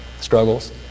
struggles